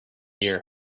year